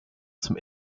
zum